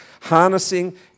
Harnessing